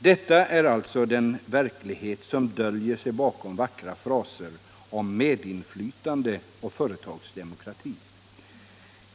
Detta är alltså den verklighet som döljer sig bakom vackra fraser om medinflytande och företagsdemokrati.